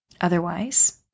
Otherwise